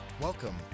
Welcome